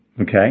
Okay